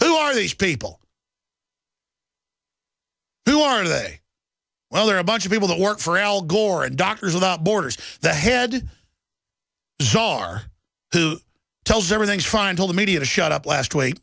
who are these people who are they well are a bunch of people that work for al gore and doctors without borders the head czar who tells everything's fine tell the media to shut up last week